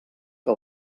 que